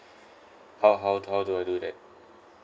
how how to how do I do that